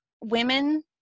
women